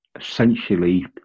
essentially